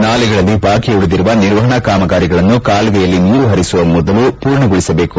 ನಾಲೆಗಳಲ್ಲಿ ಬಾಕಿ ಉಳಿದಿರುವ ನಿರ್ವಹಣಾ ಕಾಮಗಾರಿಯನ್ನು ಕಾಲುವೆಯಲ್ಲಿ ನೀರು ಹರಿಸುವ ಮೊದಲು ಪೂರ್ಣಗೊಳಿಸಬೇಕು